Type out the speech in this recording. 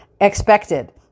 Expected